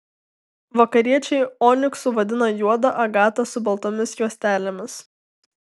vakariečiai oniksu vadina juodą agatą su baltomis juostelėmis